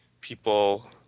people